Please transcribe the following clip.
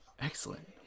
Excellent